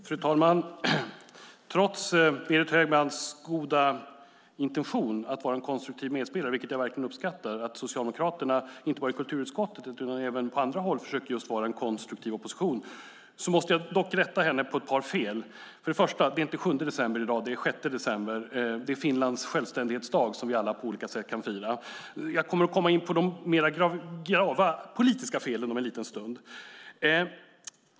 Fru talman! Trots Berit Högmans goda intention att vara en konstruktiv medspelare, vilket jag verkligen uppskattar, liksom att Socialdemokraterna inte bara i kulturutskottet utan även på andra håll försöker vara en konstruktiv opposition, måste jag dock rätta ett par fel hos henne. För det första är det inte den 7 december i dag, utan den 6 december, Finlands självständighetsdag, som vi alla på olika sätt kan fira. Jag kommer att komma in på de gravare politiska felen om en liten stund.